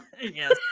Yes